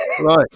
Right